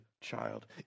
child